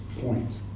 point